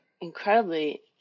incredibly